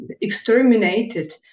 exterminated